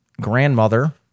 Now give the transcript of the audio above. grandmother